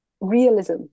realism